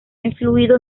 influido